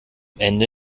ende